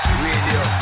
radio